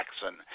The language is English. Jackson